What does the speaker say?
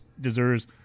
deserves